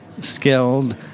skilled